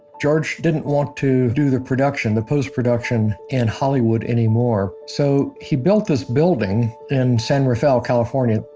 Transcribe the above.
george didn't want to do the production, the post-production, in hollywood anymore. so he built this building in san rafael, california.